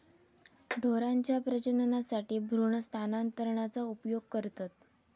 ढोरांच्या प्रजननासाठी भ्रूण स्थानांतरणाचा उपयोग करतत